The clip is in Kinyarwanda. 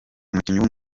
umukinnyi